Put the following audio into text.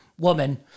woman